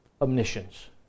omniscience